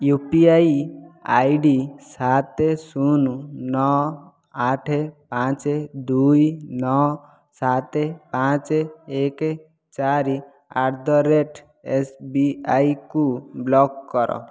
you P I I D ସାତ ଶୂନ ନଅ ଆଠ ପାଞ୍ଚ ଦୁଇ ନଅ ସାତ ପାଞ୍ଚ ଏକ ଚାରି ଆଟ୍ ଦ ରେଟ୍ ଏସ୍ବିଆଇକୁ ବ୍ଲକ୍ କର